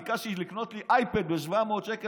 ביקשתי לקנות לי אייפד ב-700 שקל,